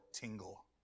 tingle